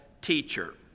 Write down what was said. teacher